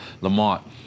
Lamont